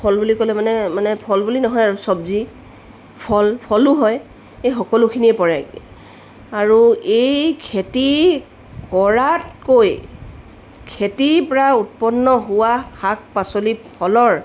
ফল বুলি ক'লে মানে মানে ফল বুলি নহয় আৰু চব্জি ফল ফলো হয় এই সকলোখিনিয়ে পৰে আৰু এই খেতি কৰাতকৈ খেতিৰ পৰা উৎপন্ন হোৱা শাক পাচলি ফলৰ